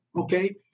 Okay